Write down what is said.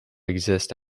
exist